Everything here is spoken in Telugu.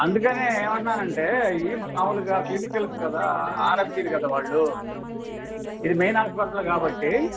అందుకనే ఏమంటున్నానంటే ఇవి మామూలుగా క్లినికల్స్ కదా ఆర్ఎంపీలు కదా వాళ్ళు ఇది మెయిన్ హాస్పిటల్ కాబట్టి